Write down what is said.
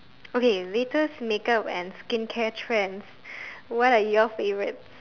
okay latest makeup and skincare trends what are your favourites